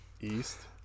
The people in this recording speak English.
East